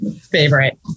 favorite